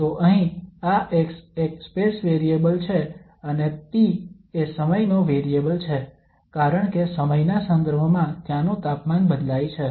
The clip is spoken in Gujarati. તો અહીં આ x એક સ્પેસ વેરિયેબલ છે અને t એ સમયનો વેરિયેબલ છે કારણ કે સમયના સંદર્ભમાં ત્યાંનું તાપમાન બદલાય છે